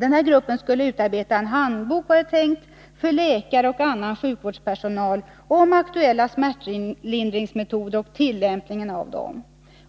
Denna grupp skulle utarbeta en handbok för läkare och annan sjukvårdspersonal om aktuella smärtlindringsmetoder och dessas tillämpning.